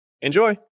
Enjoy